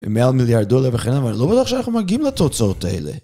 ומעל מיליארד דולר וכן הלאה, אבל אני לא בטוח שאנחנו מגיעים לתוצאות האלה.